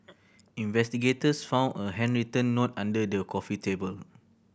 investigators found a handwritten note under the coffee table